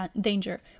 danger